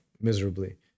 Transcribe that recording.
miserably